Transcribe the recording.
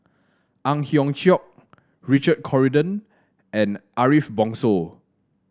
Ang Hiong Chiok Richard Corridon and Ariff Bongso